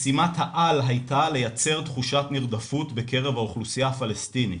משימת העל הייתה לייצר תחושת נרדפות בקרב האוכלוסייה הפלסטינית.